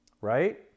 right